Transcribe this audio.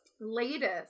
Latest